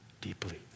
deeply